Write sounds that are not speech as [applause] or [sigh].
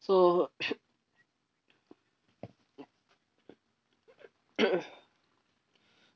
so [noise]